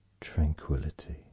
Tranquility